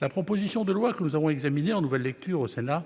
La proposition de loi que nous examinons en deuxième lecture au Sénat